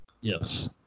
Yes